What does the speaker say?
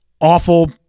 awful